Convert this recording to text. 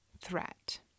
threat